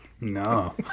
No